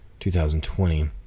2020